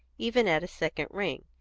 even at a second ring,